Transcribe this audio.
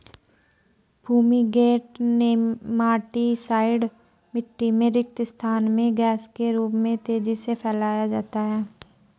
fumigant nematicide मिटटी में रिक्त स्थान में गैस के रूप में तेजी से फैलाया जाता है